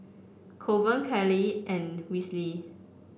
Colvin Kyleigh and Wesley